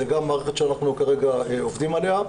זו גם מערכת שאנחנו כרגע עובדים עליה.